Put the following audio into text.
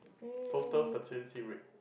total fertility rate